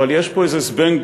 אבל יש פה איזה זבנג